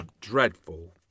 dreadful